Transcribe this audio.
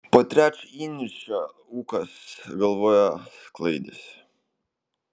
po trečio įniršio ūkas galvoje sklaidėsi